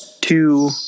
two